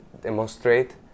demonstrate